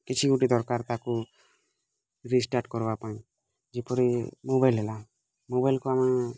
କିଛି ଗୋଟେ ଦରକାର ତାକୁ ରିଷ୍ଟାର୍ଟ କରିବା ପାଇଁ ଯେପରି ମୋବାଇଲ୍ ହେଲା ମୋବାଇଲ୍କୁ ଆମେ